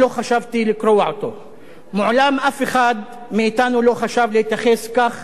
מעולם אף אחד מאתנו לא חשב להתייחס כך אל ספר קדוש.